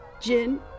Jin